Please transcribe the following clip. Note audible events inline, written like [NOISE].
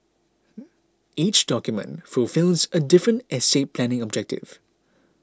[NOISE] each document fulfils a different estate planning objective